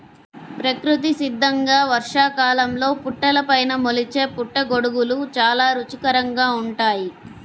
ప్రకృతి సిద్ధంగా వర్షాకాలంలో పుట్టలపైన మొలిచే పుట్టగొడుగులు చాలా రుచికరంగా ఉంటాయి